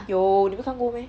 有你没有看过 meh